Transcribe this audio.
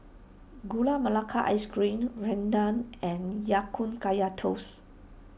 Gula Melaka Ice Cream Rendang and Ya Kun Kaya Toast